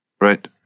Right